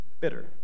bitter